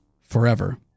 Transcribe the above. forever